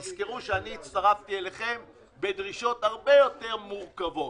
תזכרו שאני הצטרפתי אליכם בדרישות הרבה פחות מורכבות.